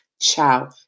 Ciao